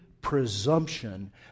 presumption